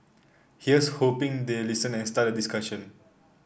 here's hoping they listen and start a discussion